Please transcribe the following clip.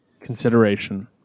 consideration